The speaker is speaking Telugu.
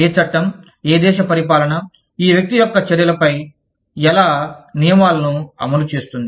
ఏ చట్టం ఏ దేశ పరిపాలన ఈ వ్యక్తి యొక్క చర్యల పై ఎలా నియమాలను అమలుచేస్తుంది